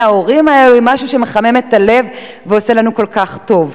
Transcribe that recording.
ההורים האלו מחממת את הלב ועושה לנו כל כך טוב.